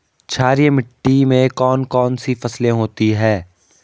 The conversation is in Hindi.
क्षारीय मिट्टी में कौन कौन सी फसलें होती हैं?